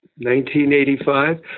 1985